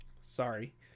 sorry